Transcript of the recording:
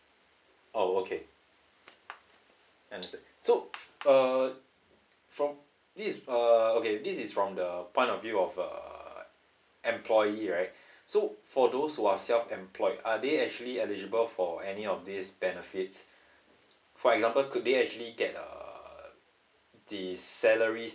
oh okay understood so uh from this uh okay this is from the point of view of uh employee right so for those who are self employed are they actually eligible for any of these benefits for example could they actually get uh the salaries